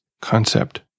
concept